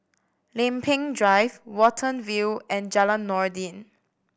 Lempeng Drive Watten View and Jalan Noordin